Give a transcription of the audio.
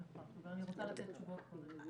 נכון, אבל אני רוצה לתת תשובות קודם.